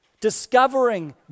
Discovering